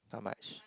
how much